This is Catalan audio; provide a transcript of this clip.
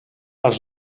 als